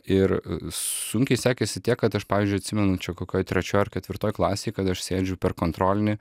ir sunkiai sekėsi tiek kad aš pavyzdžiui atsimenu čia kokioj trečioj ar ketvirtoj klasėj kad aš sėdžiu per kontrolinį